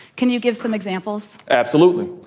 can you give some examples? absolutely.